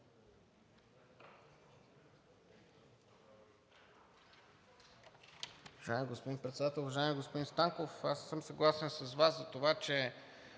Уважаеми господин Председател! Уважаеми господин Станков, аз не съм съгласен с Вас за това, че